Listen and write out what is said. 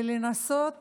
ולנסות